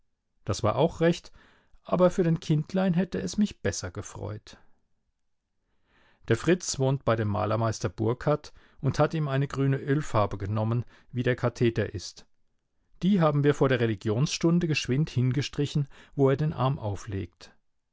das war auch recht aber für den kindlein hätte es mich besser gefreut der fritz wohnt bei dem malermeister burkhard und hat ihm eine grüne ölfarbe genommen wie der katheder ist die haben wir vor der religionsstunde geschwind hingestrichen wo er den arm auflegt